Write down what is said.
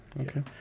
Okay